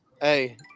Hey